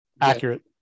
Accurate